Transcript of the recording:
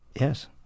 Yes